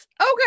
Okay